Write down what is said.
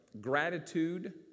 gratitude